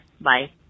Bye